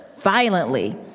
violently